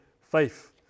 faith